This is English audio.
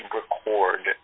record